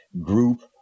group